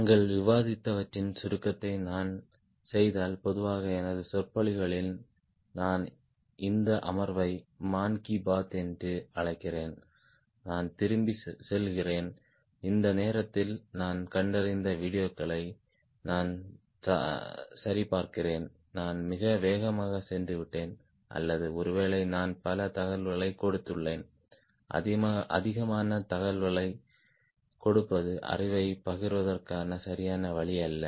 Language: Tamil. நாங்கள் விவாதித்தவற்றின் சுருக்கத்தை நான் செய்தால் பொதுவாக எனது சொற்பொழிவுகளில் நான் இந்த அமர்வை மான் கி பாத் என்று அழைக்கிறேன் நான் திரும்பிச் செல்கிறேன் இந்த நேரத்தில் நான் கண்டறிந்த வீடியோக்களை நான் சரிபார்க்கிறேன் நான் மிக வேகமாக சென்றுவிட்டேன் அல்லது ஒருவேளை நான் பல தகவல்களைக் கொடுத்துள்ளேன் அதிகமான தகவல்களைக் கொடுப்பது அறிவைப் பகிர்வதற்கான சரியான வழி அல்ல